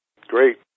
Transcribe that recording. Great